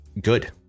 good